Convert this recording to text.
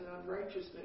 unrighteousness